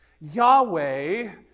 Yahweh